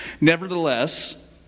Nevertheless